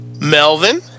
Melvin